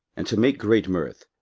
and to make great mirth,